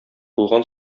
булган